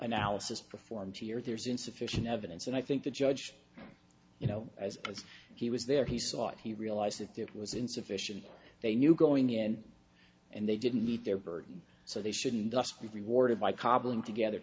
analysis performed here there's insufficient evidence and i think the judge you know as he was there he saw it he realized that that was insufficient they knew going in and they didn't meet their burden so they shouldn't just be rewarded by cobbling together